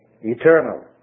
Eternal